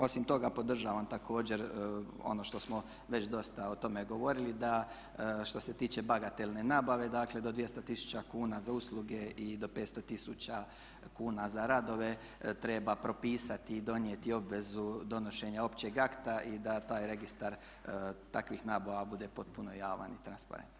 Osim toga podržavam također ono što smo već dosta o tome govorili da što se tiče bagatelne nabave dakle do 200 tisuća kuna za usluge i do 500 tisuća kuna za radove treba propisati i donijeti obvezu donošenja općeg akta i da taj registar takvih nabava bude potpuno javan i transparentan.